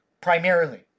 Primarily